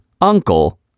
uncle